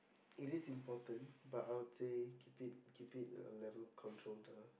it is important but I'll say keep it keep it a level controlled ah